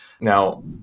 Now